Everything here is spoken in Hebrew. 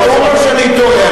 הוא אומר שאני טועה.